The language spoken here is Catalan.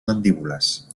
mandíbules